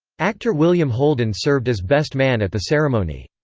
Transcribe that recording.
actor william holden served as best man at the ceremony.